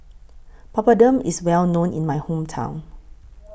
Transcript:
Papadum IS Well known in My Hometown